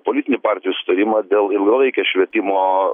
politinių partijų sutarimą dėl ilgalaikės švietimo